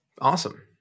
awesome